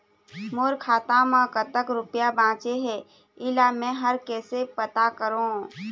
मोर खाता म कतक रुपया बांचे हे, इला मैं हर कैसे पता करों?